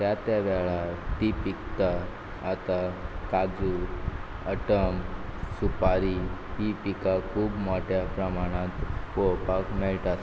त्या त्या वेळार तीं पिकतात आतां काजू अटम सुपारी हीं पिका खूब मोट्या प्रामाणात पोळोवपाक मेळटात